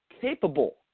capable